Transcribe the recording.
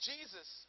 Jesus